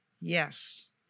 yes